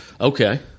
Okay